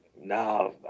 No